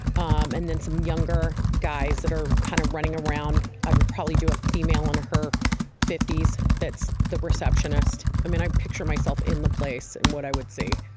um and then some younger guys that are kind of running around. i would probably do a female on her fifties that's the receptionist. i mean i picture myself in the place and what i would see